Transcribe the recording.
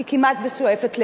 היא כמעט שואפת לאפס.